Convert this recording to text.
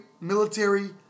military